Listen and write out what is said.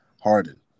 Harden